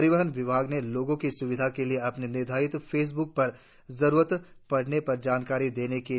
परिवहण विभाग ने लोगो की स्विधा के लिए अपने निर्धारित फेसब्क पर जरुरत पड़ने पर जानकारी देने के लिए कहा है